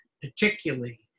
particularly